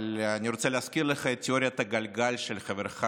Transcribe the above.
אבל אני רוצה להזכיר לך את תיאוריית הגלגל של חברך